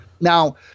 Now